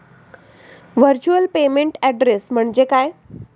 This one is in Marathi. व्हर्च्युअल पेमेंट ऍड्रेस म्हणजे काय?